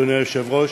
אדוני היושב-ראש,